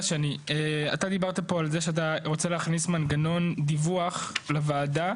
דיברת על כך שאתה רוצה להכניס מנגנון דיווח לוועדה.